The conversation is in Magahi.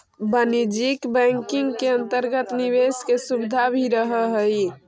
वाणिज्यिक बैंकिंग के अंतर्गत निवेश के सुविधा भी रहऽ हइ